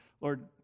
Lord